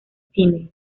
cine